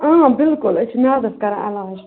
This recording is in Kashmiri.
اۭں بِلکُل أسۍ چھِ میٛادَس کَران علاج